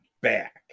back